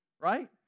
Right